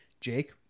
Jake